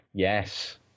yes